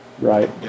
right